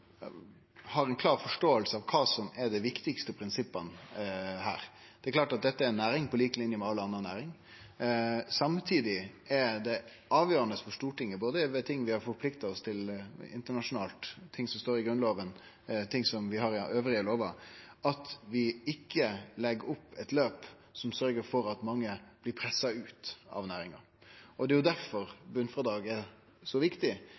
har ei klar forståing av kva som er dei viktigaste prinsippa her. Det er klart at dette er ei næring på lik linje med all anna næring. Samtidig er det avgjerande for Stortinget – både ved ting vi har forplikta oss til internasjonalt, ting som står i Grunnloven, ting som vi har i andre lover – at vi ikkje legg opp eit løp som sørgjer for at mange blir pressa ut av næringa. Det er difor botnfrådrag er så viktig